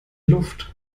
luft